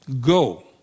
Go